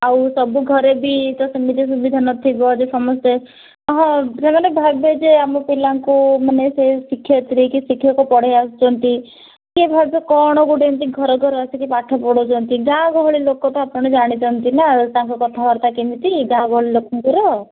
ଆଉ ସବୁ ଘରେ ବି ତ ସେମିତି ସୁବିଧା ନଥିବ ଯେ ସମସ୍ତେ ହଁ ସେମାନେ ଭାବିବେ ଯେ ଆମ ପିଲାଙ୍କୁ ମାନେ ସେ ଶିକ୍ଷୟତ୍ରୀ କି ଶିକ୍ଷକ ପଢ଼େଇ ଆସୁଛନ୍ତି କିଏ ଭାବିବ କ'ଣ ଗୋଟେ ଏମ୍ତି ଘର ଘର ଆସିକି ପାଠ ପଢ଼ୋଉଛନ୍ତି ଗାଁ ଗହଳି ଲୋକ ତ ଆପଣ ଜାଣିଛନ୍ତି ନା ତାଙ୍କ କଥାବାର୍ତ୍ତା କେମିତି ଗାଁ ଗହଳି ଲୋକଙ୍କର